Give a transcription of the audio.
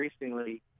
increasingly